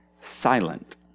silent